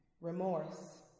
remorse